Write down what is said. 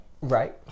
Right